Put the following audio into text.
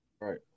right